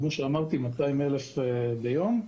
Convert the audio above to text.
כמו שאמרתי יש 200 אלף בדיקות ביום.